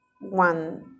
one